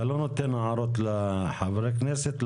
אתה לא נותן הערות לחברי הכנסת,